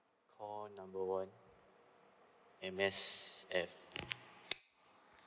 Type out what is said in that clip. call number one M_S_F